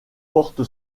porte